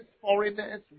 foreigners